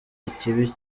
ikibi